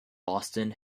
boston